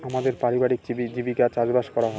আমাদের পারিবারিক জীবিকা চাষবাস করা হয়